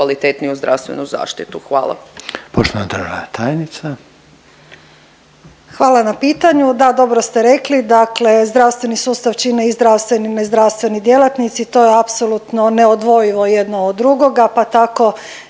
Hvala na pitanju,